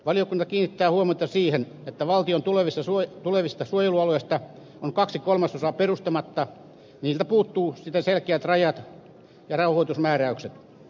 valiokunta kiinnittää huomiota siihen että valtion tulevista suojelualueista on kaksi kolmasosaa perustamatta niiltä puuttuu siten selkeät rajat ja rauhoitusmääräykset